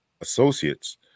associates